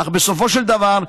אך בסופו של דבר,